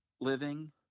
living